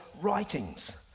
writings